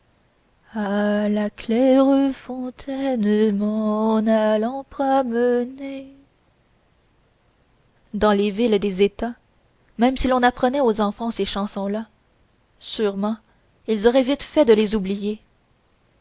allant promener dans les villes des états même si l'on apprenait aux enfants ces chansons là sûrement ils auraient vite fait de les oublier